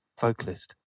vocalist